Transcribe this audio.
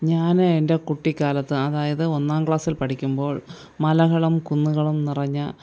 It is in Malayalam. ഞാൻ എൻ്റെ കുട്ടികാലത്ത് അതായത് ഒന്നാം ക്ലാസ്സിൽ പഠിക്കുമ്പോൾ മലകളും കുന്നുകളും നിറഞ്ഞ